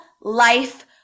life